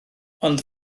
ond